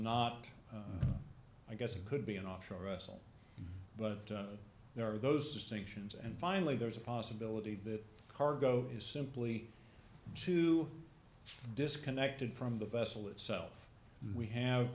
not i guess it could be an offshore russell but there are those distinctions and finally there's a possibility that cargo is simply too disconnected from the vessel itself and we have